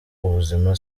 ubuzima